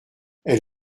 elle